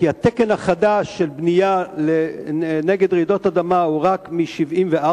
כי התקן החדש של בנייה נגד רעידות אדמה הוא רק מ-1974,